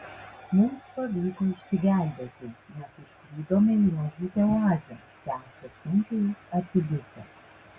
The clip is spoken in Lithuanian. mums pavyko išsigelbėti nes užklydome į mažutę oazę tęsia sunkiai atsidusęs